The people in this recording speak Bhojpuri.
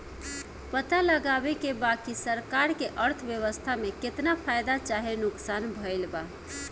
पता लगावे के बा की सरकार के अर्थव्यवस्था में केतना फायदा चाहे नुकसान भइल बा